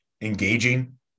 engaging